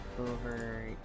over